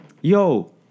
yo